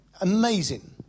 amazing